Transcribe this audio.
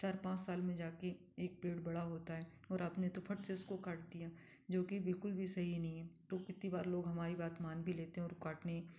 चार पांच साल में जाके एक पेड़ बड़ा होता है और आपने तो फट से उसको काट दिया जो की बिल्कुल भी सही नहीं है तो कितने बार लोग हमारी बात मान भी लेते हैं और काटने